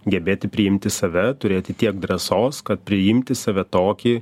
gebėti priimti save turėti tiek drąsos kad priimti save tokį